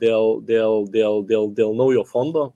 dėl dėl dėl dėl dėl naujo fondo